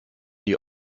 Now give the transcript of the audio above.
die